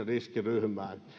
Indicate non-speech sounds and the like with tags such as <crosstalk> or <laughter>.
<unintelligible> riskiryhmään